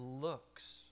looks